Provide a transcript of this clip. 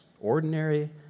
Ordinary